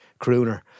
crooner